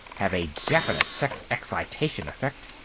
have a definite sex-excitation effect.